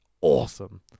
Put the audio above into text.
Awesome